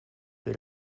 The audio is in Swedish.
vid